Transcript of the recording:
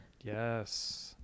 Yes